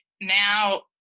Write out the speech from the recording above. now